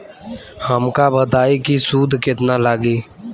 हमका बताई कि सूद केतना लागी?